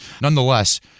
Nonetheless